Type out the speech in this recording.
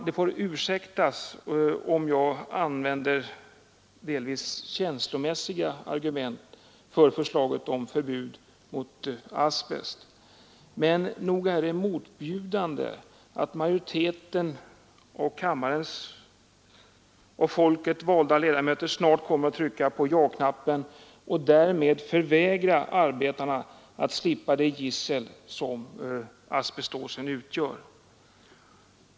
Det torde få ursäktas, om jag använder delvis känslomässiga argument för förslaget om förbud mot användning av asbest, men nog är det motbjudande att majoriteten av kammarens av folket valda ledamöter snart kommer att trycka på ja-knappen och därmed förvägra arbetarna att slippa det gissel som asbestosen utgör!